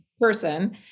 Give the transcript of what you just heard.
person